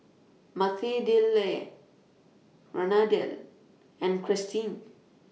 Mathilde Randell and Christie